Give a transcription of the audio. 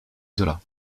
zola